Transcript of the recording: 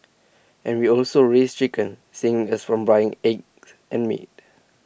and we also raise chickens saving us from buying eggs and meat